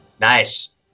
Nice